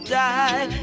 die